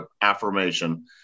affirmation